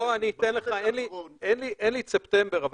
אין לי את ספטמבר,